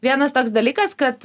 vienas toks dalykas kad